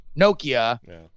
Nokia